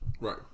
Right